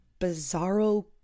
bizarro